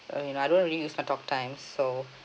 uh you know I don't really use much talk time so